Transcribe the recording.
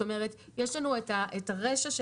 אם סבר הממונה שיש